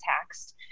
taxed